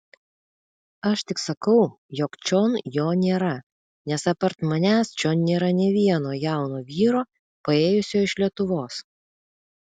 aš tik sakau jog čion jo nėra nes apart manęs čion nėra nė vieno jauno vyro paėjusio iš lietuvos